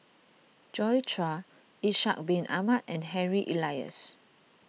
Joi Chua Ishak Bin Ahmad and Harry Elias